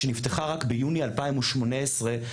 שנפתחה רק ביוני 2018,